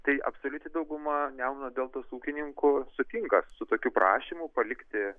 tai absoliuti dauguma nemuno deltos ūkininkų sutinka su tokiu prašymu palikti